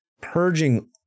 purging